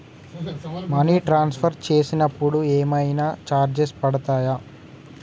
Money transfer చేసినప్పుడు ఏమైనా charges పడతయా?